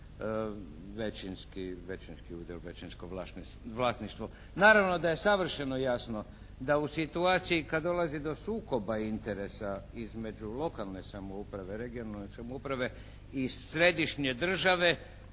većinski udio, većinsko vlasništvo. Naravno da je savršeno jasno da u situaciji kada dolazi do sukoba interesa između lokalne samouprave, regionalne samouprave i središnje države,